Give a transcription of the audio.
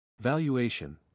Valuation